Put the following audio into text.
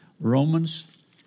Romans